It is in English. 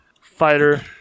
fighter